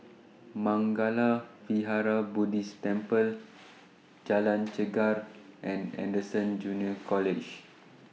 Mangala Vihara Buddhist Temple Jalan Chegar and Anderson Junior College